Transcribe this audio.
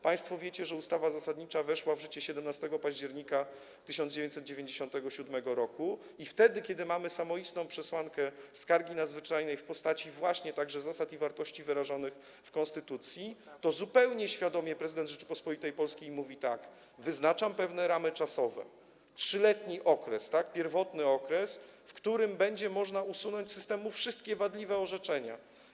Państwo wiecie, że ustawa zasadnicza weszła w życie 17 października 1997 r. i wtedy kiedy mamy samoistną przesłankę skargi nadzwyczajnej w postaci właśnie także zasad i wartości wyrażonych w konstytucji, prezydent Rzeczypospolitej Polskiej zupełnie świadomie mówi tak: wyznaczam pewne ramy czasowe, 3-letni okres, pierwotny okres, w którym będzie można usunąć z systemu wszystkie wadliwe orzeczenia.